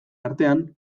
artean